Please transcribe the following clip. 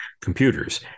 computers